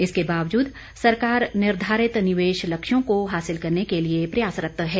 इसके बावजूद सरकार निर्धारित निवेश लक्ष्यों को हासिल करने के लिए प्रयासरत है